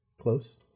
Close